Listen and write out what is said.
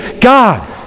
God